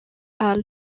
are